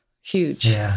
huge